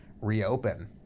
reopen